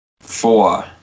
four